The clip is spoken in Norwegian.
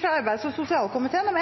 fra arbeids- og sosialkomiteen